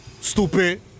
Stupid